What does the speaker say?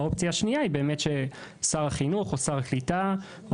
האופציה השנייה היא באמת ששר החינוך או שר הקליטה או